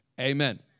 amen